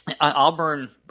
Auburn